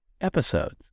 episodes